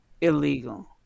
illegal